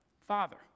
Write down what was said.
Father